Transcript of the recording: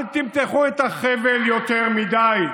אל תמתחו את החבל יותר מדי.